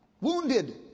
wounded